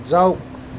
যাওক